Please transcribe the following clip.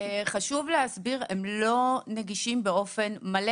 חשוב להסביר שהם עדיין לא נגישים באופן מלא.